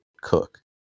cook